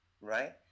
right